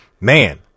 man